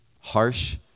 harsh